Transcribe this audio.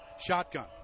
Shotgun